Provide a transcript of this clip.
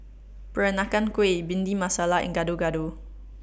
Peranakan Kueh Bhindi Masala and Gado Gado